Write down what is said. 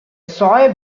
soy